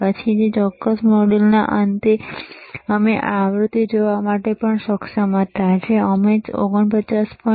પછી તે ચોક્કસ મોડ્યુલના અંતે અમે આવૃતિ જોવા માટે પણ સક્ષમ હતા જે અમે 49